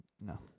No